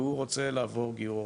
והוא רוצה לעבור לגיור אורתודוקסי,